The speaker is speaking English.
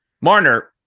Marner